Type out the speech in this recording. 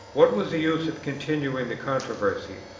what was the use of continuing the controversy,